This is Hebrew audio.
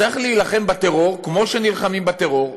צריך להילחם בטרור כמו שנלחמים בטרור,